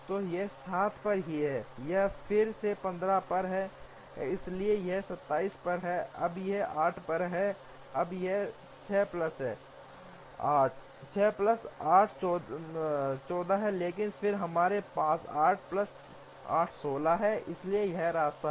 तो यह 7 पर है यह फिर से 15 पर है इसलिए यह 27 पर है अब यह 8 पर है अब यह 6 प्लस 8 14 है लेकिन फिर हमारे पास 8 प्लस 8 16 है इसलिए यह रहता है